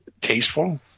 tasteful